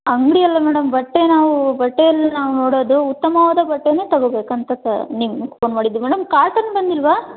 ಅಂಗಡಿಯಲ್ಲ madam ಬಟ್ಟೆ ನಾವು ಬಟ್ಟೆಯನ್ನು ನಾವು ನೋಡೋದು ಉತ್ತಮವಾದ ಬಟ್ಟೆನೇ ತಗೋಬೇಕಂತ ತ ನಿಮ್ಗೆ ಫೋನ್ ಮಾಡಿದ್ದು ಮೇಡಮ್ ಕಾಟನ್ ಬಂದಿಲ್ಲವಾ